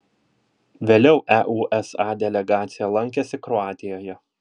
vėliau eusa delegacija lankėsi kroatijoje